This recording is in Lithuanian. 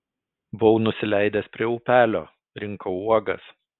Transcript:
buvau nusileidęs prie upelio rinkau uogas